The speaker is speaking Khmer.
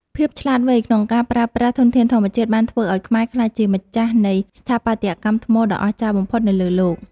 ភាពឆ្លាតវៃក្នុងការប្រើប្រាស់ធនធានធម្មជាតិបានធ្វើឱ្យខ្មែរក្លាយជាម្ចាស់នៃស្ថាបត្យកម្មថ្មដ៏អស្ចារ្យបំផុតនៅលើលោក។